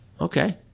okay